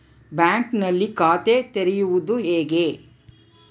ಬ್ಯಾಂಕಿನಲ್ಲಿ ಖಾತೆ ತೆರೆಯುವುದು ಹೇಗೆ?